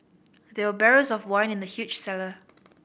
there were barrels of wine in the huge cellar